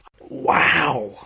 Wow